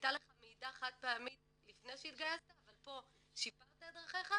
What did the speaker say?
הייתה לך מעידה חד פעמית לפני שהתגייסת אבל פה שיפרת את דרכיך,